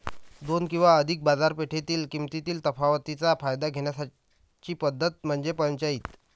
दोन किंवा अधिक बाजारपेठेतील किमतीतील तफावतीचा फायदा घेण्याची पद्धत म्हणजे पंचाईत